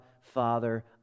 Father